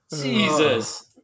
Jesus